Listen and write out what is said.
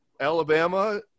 Alabama